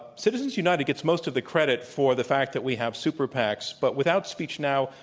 citizens united gets most of the credit for the fact that we have super pacs. but without speechnow,